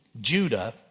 Judah